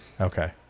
Okay